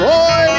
Roy